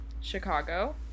Chicago